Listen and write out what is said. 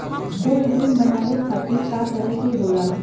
Cold room बनावे खातिर का करे के होला?